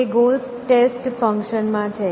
તે goal test function માં છે